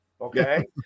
okay